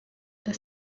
hari